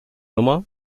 nummer